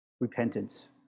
repentance